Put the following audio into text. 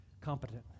competent